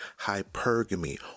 Hypergamy